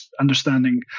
understanding